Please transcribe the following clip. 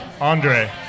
Andre